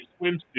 swimsuit